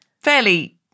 fairly